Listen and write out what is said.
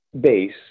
base